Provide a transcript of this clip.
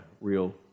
real